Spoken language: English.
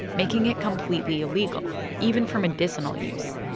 making it completely illegal, even for medicinal use,